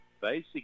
basic